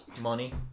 money